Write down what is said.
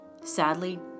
Sadly